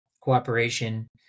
cooperation